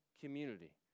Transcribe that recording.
community